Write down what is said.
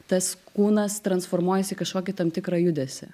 tas kūnas transformuojasi į kažkokį tam tikrą judesį